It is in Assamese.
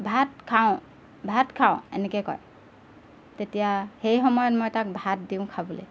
ভাত খাওঁ ভাত খাওঁ এনেকৈ কয় তেতিয়া সেই সময়ত মই তাক ভাত দিওঁ খাবলৈ